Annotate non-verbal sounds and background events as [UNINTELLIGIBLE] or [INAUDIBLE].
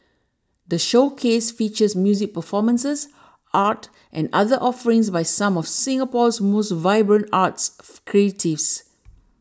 the showcase features music performances art and other offerings by some of Singapore's most vibrant arts [UNINTELLIGIBLE] creatives